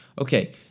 Okay